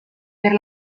per